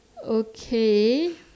okay